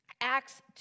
Acts